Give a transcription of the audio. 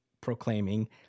proclaiming